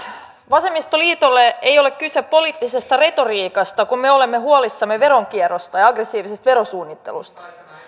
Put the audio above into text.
vasemmistoliitolle ei ole kyse poliittisesta retoriikasta kun me olemme huolissamme veronkierrosta ja ja aggressiivisesta verosuunnittelusta